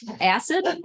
acid